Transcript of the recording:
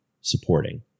supporting